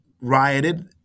rioted